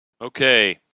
Okay